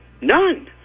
none